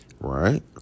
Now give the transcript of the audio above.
Right